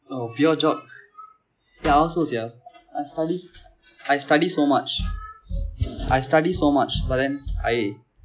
oh pure geog eh I also sia I study I study so much I study so much but then I